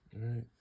right